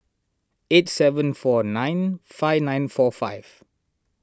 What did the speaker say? eight seven four nine five nine four five